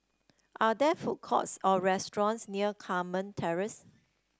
are there food courts or restaurants near Carmen Terrace